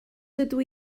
dydw